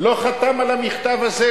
לא חתם על המכתב הזה,